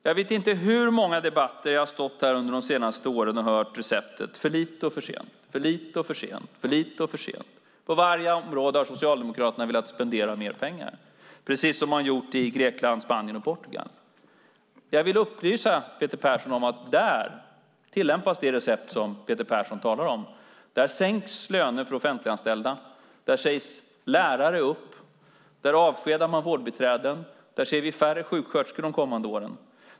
Jag vet inte i hur många debatter jag har stått här under de senaste åren och hört receptet: För lite och för sent, för lite och för sent, för lite och för sent. På varje område har Socialdemokraterna velat spendera mer pengar, precis som man gjort i Grekland, Spanien och Portugal. Jag vill upplysa Peter Persson om att där tillämpas det recept som Peter Persson talar om. Där sänks löner för offentliganställda. Där sägs lärare upp. Där avskedar man vårdbiträden. Där ser vi färre sjuksköterskor de kommande åren.